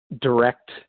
direct